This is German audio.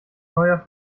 neuer